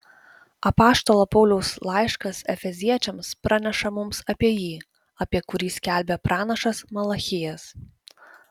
apaštalo pauliaus laiškas efeziečiams praneša mums apie jį apie kurį skelbė pranašas malachijas